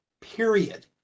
period